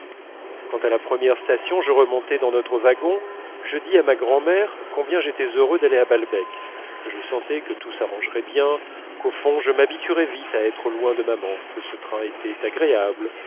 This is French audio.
quand à la première station je remontai dans notre wagon je dis à ma grand'mère combien j'étais heureux d'aller à balbec que je sentais que tout s'arrangerait bien qu'au fond je m'habituerais vite à être loin de maman que ce train était agréable